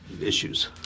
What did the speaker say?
issues